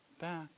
back